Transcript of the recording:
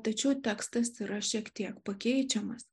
tačiau tekstas yra šiek tiek pakeičiamas